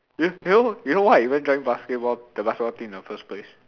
you you know you know why I even join basketball the basketball team in the first place